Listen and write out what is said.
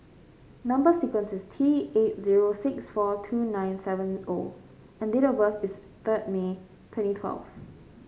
number sequence is T eight zero six four two nine seven O and date of birth is third May twenty twelve